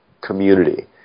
community